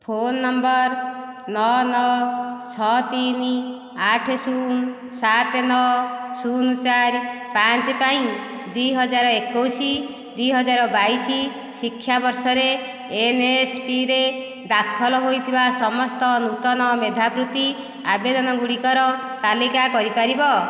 phone number ନଅ ନଅ ଛଅ ତିନି ଆଠ ଶୂନ ସାତ ନଅ ଶୂନ ଚାରି ପାଞ୍ଚ ପାଇଁ ଦୁଇ ହଜାର ଏକୋଇଶ ଦୁଇ ହଜାର ବାଇଶି ଶିକ୍ଷାବର୍ଷରେ ଏନ୍ ଏସ୍ ପି ରେ ଦାଖଲ ହୋଇଥିବା ସମସ୍ତ ନୂତନ ମେଧାବୃତ୍ତି ଆବେଦନ ଗୁଡ଼ିକର ତାଲିକା କରି ପାରିବ